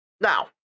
now